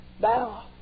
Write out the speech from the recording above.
Now